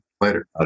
Later